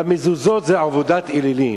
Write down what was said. והמזוזות זה עבודת אלילים.